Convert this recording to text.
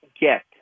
get